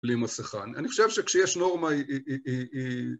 בלי מסיכה. אני חושב שכשיש נורמה היא...